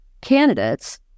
candidates